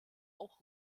auch